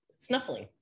snuffling